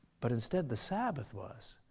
but instead the sabbath was.